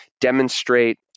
demonstrate